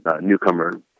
newcomer